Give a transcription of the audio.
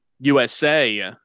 USA